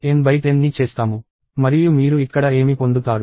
మరియు మీరు ఇక్కడ ఏమి పొందుతారు